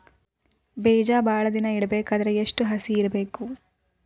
ಬೇಜ ಭಾಳ ದಿನ ಇಡಬೇಕಾದರ ಎಷ್ಟು ಹಸಿ ಇರಬೇಕು?